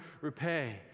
repay